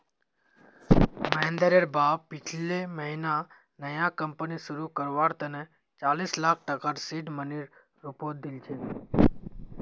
महेंद्रेर बाप पिछले महीना नया कंपनी शुरू करवार तने चालीस लाख टकार सीड मनीर रूपत दिल छेक